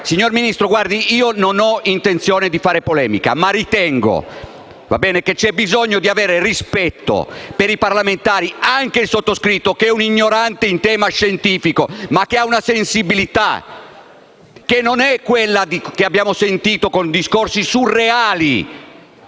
Signor Ministro, non ho intenzione di fare polemica, ma ritengo ci sia bisogno di avere rispetto dei parlamentari e anche del sottoscritto, che è un ignorante in tema scientifico, ma che ha una sensibilità, che non è quella che abbiamo sentito attraverso discorsi surreali